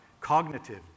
cognitive